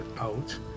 out